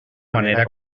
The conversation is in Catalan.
manera